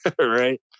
right